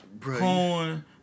Corn